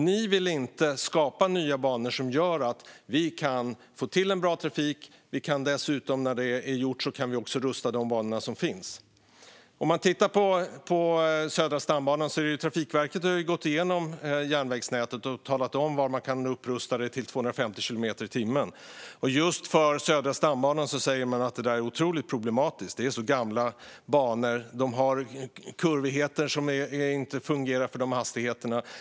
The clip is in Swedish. Ni vill inte skapa nya banor som gör att vi kan få till en bra trafik. När det är gjort kan vi också rusta upp de banor som finns nu. Trafikverket har gått igenom järnvägsnätet och talat om var man kan upprusta det till 250 kilometer i timmen. Just för Södra stambanan säger man att det är otroligt problematiskt. Det är gamla banor som har kurvigheter som inte fungerar för de hastigheterna.